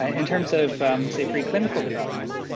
ah in terms of say preclinical development,